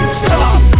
stop